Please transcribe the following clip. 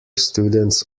students